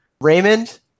Raymond